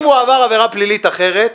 אם הוא עבר עבירה פלילית אחרת,